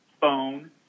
phone